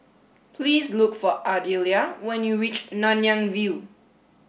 please look for Ardelia when you reach Nanyang View